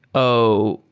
oh,